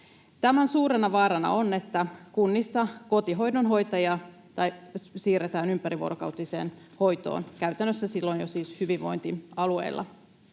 Tämän suurena vaarana on, että kunnissa kotihoidon hoitajia siirretään ympärivuorokautiseen hoitoon — käytännössä silloin siis jo hyvinvointialueilla.